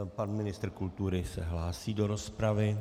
Pan ministr kultury se hlásí do rozpravy.